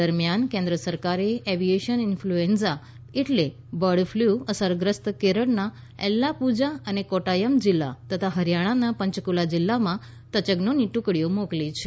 દરમિયાન કેન્દ્ર સરકારે એવિયન ઇન્ફ્લૂએન્ઝા એટલે બર્ડફ્લૂ અસરગ્રસ્ત કેરળના એલ્લાપૂઝા અને કોદાયમ જીલ્લા તથા હરિયાણાના પંચકુલા જીલ્લામાં તજજોની ટુકડીઓ મોકલી છે